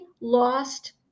lost